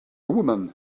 woman